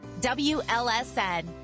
WLSN